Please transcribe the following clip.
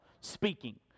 speaking